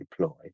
deploy